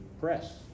press